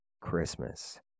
Christmas